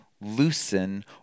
loosen